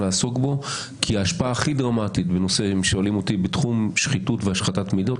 הבעיה המרכזית בתחום המינויים.